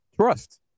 Trust